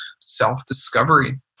self-discovery